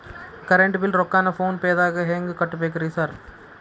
Current bill ರೊಕ್ಕಾನ phone ಪೇದಾಗ ಹೆಂಗ್ ಕಟ್ಟಬೇಕ್ರಿ ಸರ್?